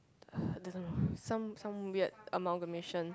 I don't know some some weird amalgamation